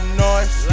noise